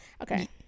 Okay